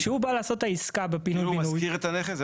כשהוא בא לעשות את העסקה בפינוי בינוי --- כי הוא משכיר את הנכס?